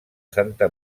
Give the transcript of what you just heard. santa